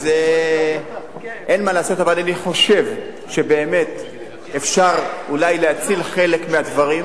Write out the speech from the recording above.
אבל אני חושב שאפשר אולי להציל חלק מהדברים,